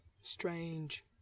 Strange